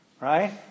Right